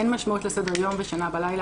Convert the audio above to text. אין משמעות לסדר-יהום ושינה בלילה.